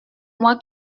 moi